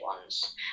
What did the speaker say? ones